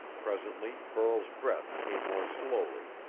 presently burl's breath came more slowly,